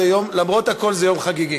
למרות הכול זה יום חגיגי.